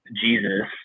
Jesus